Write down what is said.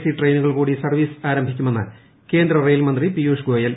C ട്രെയിനുകൾ കൂടി service ആരംഭിക്കുമെന്ന് കേന്ദ്ര റെയിൽമന്ത്രി പിയൂഷ്ഗോയൽ